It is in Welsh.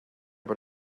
bod